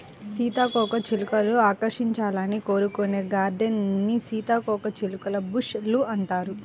సీతాకోకచిలుకలు ఆకర్షించాలని కోరుకునే గార్డెన్స్ ని సీతాకోకచిలుక బుష్ లు అంటారు